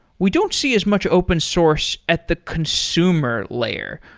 we don't see as much open source at the consumer layer.